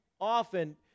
often